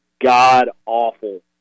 god-awful